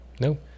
no